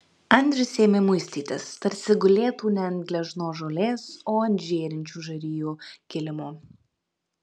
andrius ėmė muistytis tarsi gulėtų ne ant gležnos žolės o ant žėrinčių žarijų kilimo